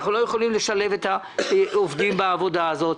אנחנו לא יכולים לשלב את העובדים בעבודה הזאת".